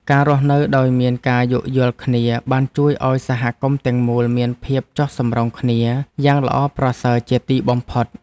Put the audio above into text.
ការរស់នៅដោយមានការយោគយល់គ្នាបានជួយឱ្យសហគមន៍ទាំងមូលមានភាពចុះសម្រុងគ្នាយ៉ាងល្អប្រសើរជាទីបំផុត។